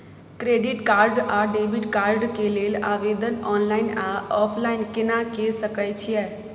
Credit card आ debit card के लेल आवेदन ऑनलाइन आ ऑफलाइन केना के सकय छियै?